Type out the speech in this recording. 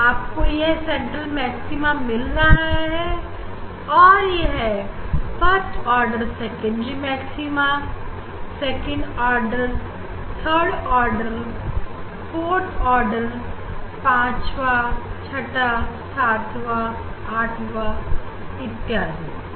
आपको यह central maximum मिल रहा है और यह first order secondary maxima second और थर्ड ऑर्डर फूड ऑर्डर पांचवा छठा सातवां आठवां अथवा और भी